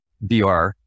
BR